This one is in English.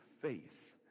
face